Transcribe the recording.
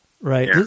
Right